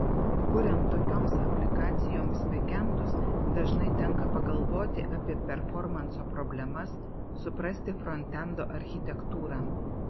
kuriant tokioms aplikacijoms bekendus dažnai tenka pagalvoti apie performanso problemas suprasti frontendo architektūrą